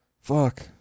fuck